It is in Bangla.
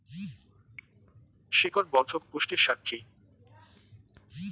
শিকড় বর্ধক পুষ্টি সার কি?